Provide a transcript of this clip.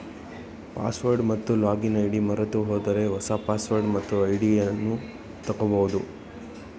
password ಮತ್ತು login ID ಮರೆತುಹೋದರೆ ಹೊಸ ಪಾಸ್ವರ್ಡ್ ಮತ್ತು ಐಡಿಯನ್ನು ತಗೋಬೋದು